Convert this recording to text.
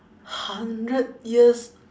hundred years